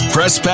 Press